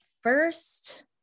First